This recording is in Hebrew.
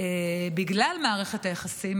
בגלל מערכת היחסים